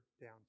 down